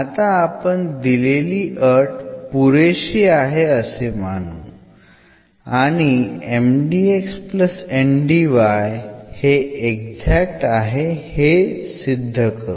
आता आपण दिलेली अट पुरेशी आहे असे मानू आणि MdxNdy हे एक्झॅक्ट आहे हे सिद्ध करू